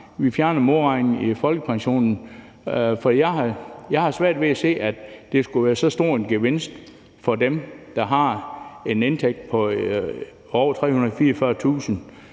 vi fjerner modregningen i folkepensionen, for jeg har svært ved at se, at det skulle være så stor en gevinst for dem, der har en indtægt på over 344.000